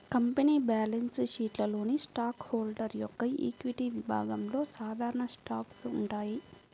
company balance షీట్లోని stock holder యొక్క equity విభాగంలో సాధారణ స్టాక్స్ ఉంటాయి